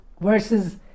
Versus